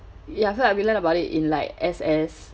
ya I felt like we learn about it in like S_S